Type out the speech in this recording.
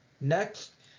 next